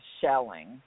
shelling